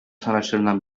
sanatçılarından